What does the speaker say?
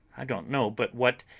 i don't know but what,